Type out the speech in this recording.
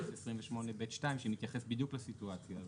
סעיף 28(ב)(2) שמתייחס בדיוק לסיטואציה הזאת.